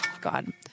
God